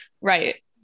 right